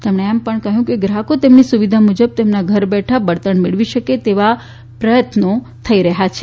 તેમણે એમ પણ કહ્યું કે ગ્રાહકો તેમની સુવિધા મુજબ તેમના ઘરે બેઠાં બળતણ મેળવી શકે તેવા પ્રયત્નો થઈ રહ્યાં છે